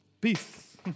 Peace